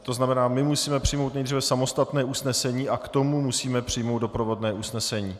To znamená, my musíme přijmout nejdříve samostatné usnesení a k tomu musíme přijmout doprovodné usnesení.